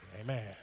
Amen